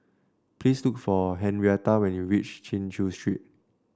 please look for Henrietta when you reach Chin Chew Street